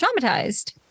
traumatized